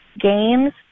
games